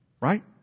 Right